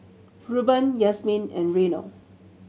Rueben Yasmine and Reino